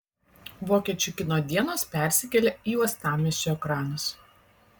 vokiečių kino dienos persikelia į uostamiesčio ekranus